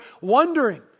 wondering